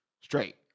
straight